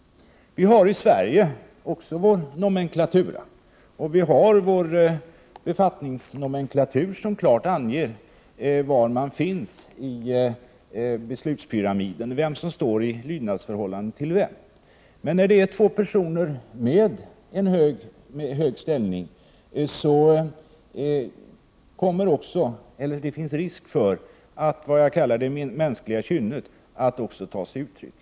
Vi har också i Sverige vår nomenklatura och en befattningsnomenklatur som klart anger var man befinner sig i beslutspyramiden och vem som står i lydnadsförhållande till vem. Men när två personer har en hög ställning finns det risk för att det som jag kallar för det mänskliga kynnet kommer till uttryck.